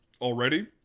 already